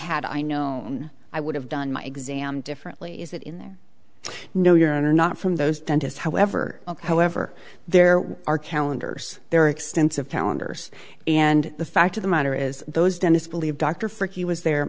had i known i would have done my exam differently is that in there no your honor not from those dentist however however there are calendars there are extensive calendars and the fact of the matter is those dentist believe dr frick he was there